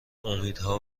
امیدها